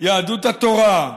יהדות התורה,